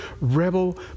rebel